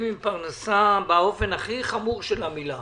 עם פרנסה באופן הכי חמור של המילה.